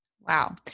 Wow